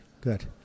Good